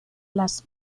las